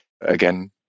again